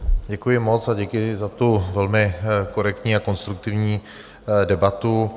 Děkuji moc a děkuji za tu velmi korektní a konstruktivní debatu.